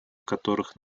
которых